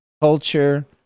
culture